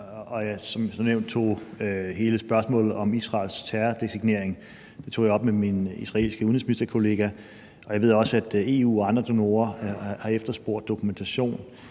tog jeg hele spørgsmålet om Israels terrordesignering op her med min israelske udenrigsministerkollega, og jeg ved også, at EU og andre donorer har efterspurgt dokumentation